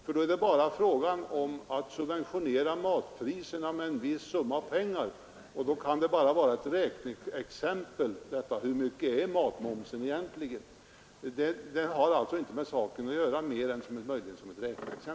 Det är då bara fråga om att subventionera maten med en viss summa pengar, och man använder bara momsen som räkneexempel för att få svar på frågan: Hur mycket pengar ger matmomsen egentligen?